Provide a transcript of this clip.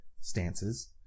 stances